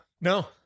No